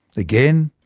again,